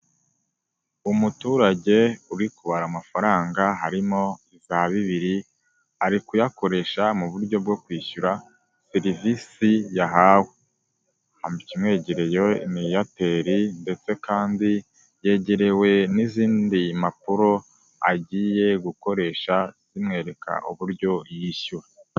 Umuturage uri kubara amafaranga harimo iza bibiri ari kuyakoresha mu buryo bwo kwishyura serivisi yahawe ndetse kandi yegerewe n'izindi mpapuro agiye gukoresha zimwereka uburyo yishyura.